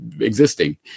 existing